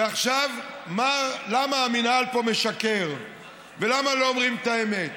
ועכשיו, למה המינהל משקר ולמה לא אומרים את האמת?